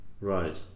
right